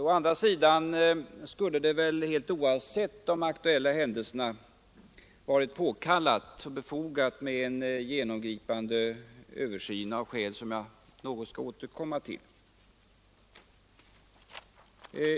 Å andra sidan skulle det väl, helt oavsett de aktuella händelserna, ha varit påkallat och befogat med en genomgripande översyn, av skäl som jag i någon mån skall återkomma till.